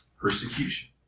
persecution